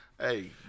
Hey